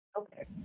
Okay